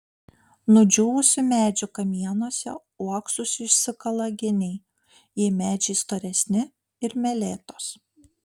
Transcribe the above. nudžiūvusių medžių kamienuose uoksus išsikala geniai jei medžiai storesni ir meletos